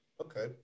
Okay